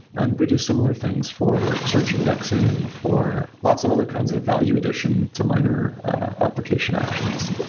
and we do similar things for search indexing, for lots of other kinds of value addition to minor application action.